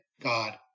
God